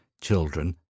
children